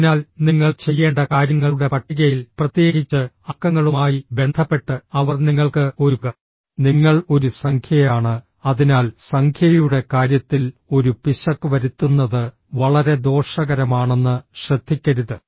അതിനാൽ നിങ്ങൾ ചെയ്യേണ്ട കാര്യങ്ങളുടെ പട്ടികയിൽ പ്രത്യേകിച്ച് അക്കങ്ങളുമായി ബന്ധപ്പെട്ട് അവർ നിങ്ങൾക്ക് ഒരു നിങ്ങൾ ഒരു സംഖ്യയാണ് അതിനാൽ സംഖ്യയുടെ കാര്യത്തിൽ ഒരു പിശക് വരുത്തുന്നത് വളരെ ദോഷകരമാണെന്ന് ശ്രദ്ധിക്കരുത്